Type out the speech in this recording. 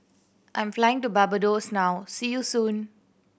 I'm flying to Barbados now see you soon